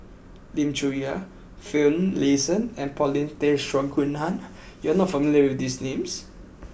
Lim Chong Yah Finlayson and Paulin Tay Straughan you are not familiar with these names